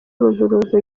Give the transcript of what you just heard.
urunturuntu